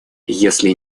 если